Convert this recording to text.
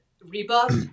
rebuff